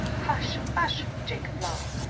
hush, hush, jacob, love,